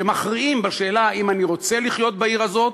שמכריעים בשאלה האם אני רוצה לחיות בעיר הזאת,